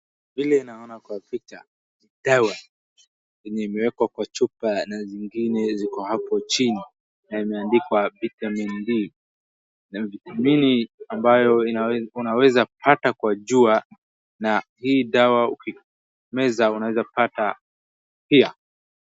vile naona kwa picha dawa iliyowekwa kwa chupa na zingine ziko hapo chini na imeandikwa vitamin D ni vitamini ambayo unaweza kupata kwa jua na hii dawa ukimeza unaweza kupata pia